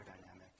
dynamic